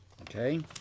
Okay